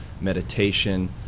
meditation